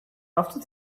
after